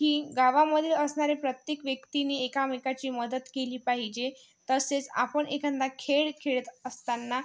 की गावामध्ये असणाऱ्या प्रत्येक व्यक्तीने एकामेकाची मदत केली पाहिजे तसेच आपण एखादा खेळ खेळत असताना